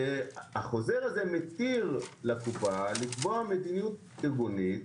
החוזר הזה מתיר לקופה, לקבוע מדיניות ארגונית,